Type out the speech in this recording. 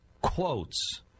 quotes